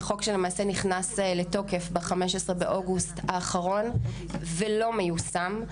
זה חוק שנכנס לתוקף 15 באוגוסט האחרון, ולא מיושם.